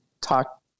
talk